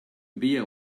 beer